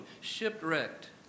shipwrecked